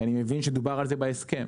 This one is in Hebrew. שאני מבין שדובר על זה בהסכם,